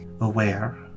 aware